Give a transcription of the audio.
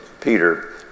Peter